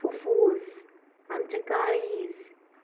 फुफूस आमचें काळीज